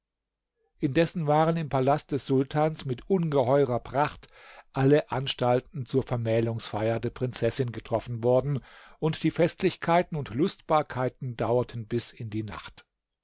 indessen waren im palast des sultans mit ungeheurer pracht alle anstalten zur vermählungsfeier der prinzessin getroffen worden und die festlichkeiten und lustbarkeiten dauerten bis in die nacht